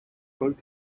both